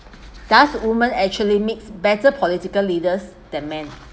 thus women actually makes better political leaders than men